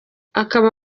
akaba